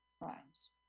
crimes